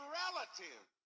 relative